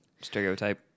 stereotype